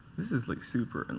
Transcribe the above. this is like super and